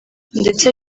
ndetse